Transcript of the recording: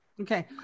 Okay